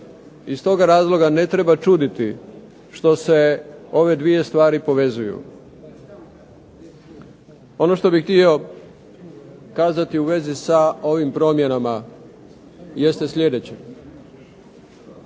IZ tog razloga ne treba čuditi što se ove dvije stvari povezuju. Ono što bih htio kazati u vezi sa ovim promjenama jeste sljedeće.